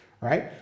right